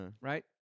Right